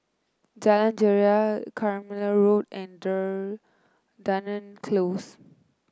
Jalan Greja Carmichael Road and Dunearn Close